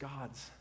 God's